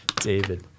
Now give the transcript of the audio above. David